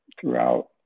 throughout